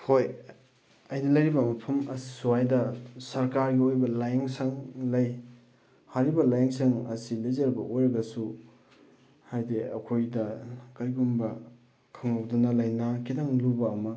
ꯍꯣꯏ ꯑꯩꯅ ꯂꯩꯔꯤꯕ ꯃꯐꯝ ꯑꯁ꯭ꯋꯥꯏꯗ ꯁꯔꯀꯥꯔꯒꯤ ꯑꯣꯏꯕ ꯂꯥꯏꯌꯦꯡ ꯁꯪ ꯂꯩ ꯍꯥꯏꯔꯤꯕ ꯂꯥꯏꯌꯦꯡ ꯁꯪ ꯑꯁꯤ ꯂꯤꯖꯔꯕ ꯑꯣꯏꯔꯒꯁꯨ ꯍꯥꯏꯗꯤ ꯑꯩꯈꯣꯏꯗ ꯀꯔꯤꯒꯨꯝꯕ ꯈꯪꯍꯧꯗꯅ ꯂꯥꯏꯅꯥ ꯈꯤꯇꯪ ꯂꯨꯕ ꯑꯃ